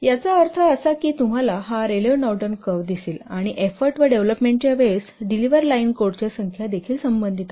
याचा अर्थ असा की तुम्हाला हा रेलेव्ह नॉर्डेन कर्व दिसेल आणि एफोर्ट व डेव्हलोपमेंटच्या वेळेस डिलिव्हर लाइन कोडच्या संख्या देखील संबंधित आहे